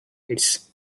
rights